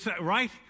right